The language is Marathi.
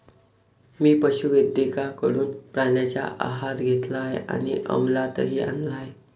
मी पशुवैद्यकाकडून प्राण्यांचा आहार घेतला आहे आणि अमलातही आणला आहे